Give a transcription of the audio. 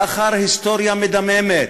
לאחר היסטוריה מדממת,